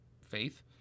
faith